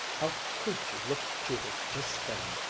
how could you look at judith just then!